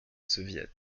soviet